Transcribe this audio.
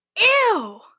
Ew